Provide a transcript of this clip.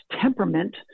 temperament